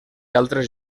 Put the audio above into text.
altres